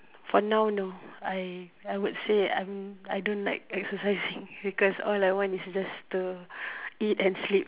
for now no I I would say I I don't like exercising because all I want is just to eat and sleep